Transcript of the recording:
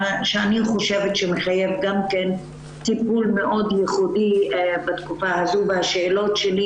חושבת שמחייב גם כן טיפול מאוד ייחודי בתקופה הזו והשאלות שלי